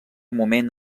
moment